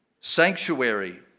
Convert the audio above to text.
sanctuary